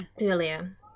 Earlier